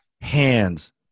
hands